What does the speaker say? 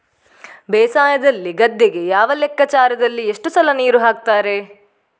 ಬೇಸಾಯದಲ್ಲಿ ಗದ್ದೆಗೆ ಯಾವ ಲೆಕ್ಕಾಚಾರದಲ್ಲಿ ಎಷ್ಟು ಸಲ ನೀರು ಹಾಕ್ತರೆ?